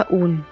un